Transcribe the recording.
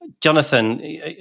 Jonathan